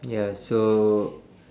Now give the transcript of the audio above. ya so